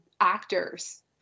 actors